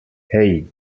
hey